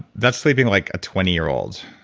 that's sleeping like a twenty year old,